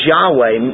Yahweh